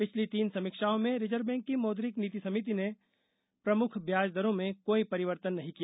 पिछली तीन समीक्षाओं में रिजर्व बैंक की मौद्रिक नीति समिति ने प्रमुख व्याीज दरों में कोई परिवर्तन नहीं किया